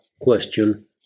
question